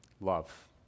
love